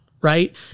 right